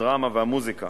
הדרמה והמוזיקה.